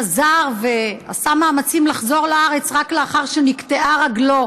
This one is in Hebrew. חזר ועשה מאמצים לחזור לארץ רק לאחר שנקטעה רגלו,